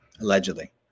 Allegedly